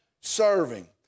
serving